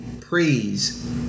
praise